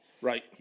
Right